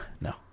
no